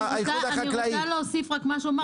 אני רוצה להוסיף למה שהוא אמר.